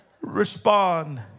Respond